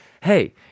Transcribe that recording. hey